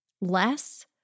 less